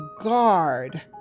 guard